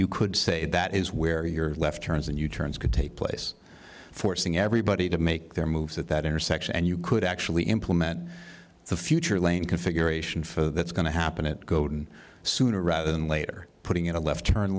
you could say that is where you're left turns and u turns could take place forcing everybody to make their moves at that intersection and you could actually implement the future lane configuration for that's going to happen it go to sooner rather than later putting in a left turn